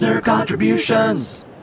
Contributions